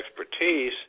expertise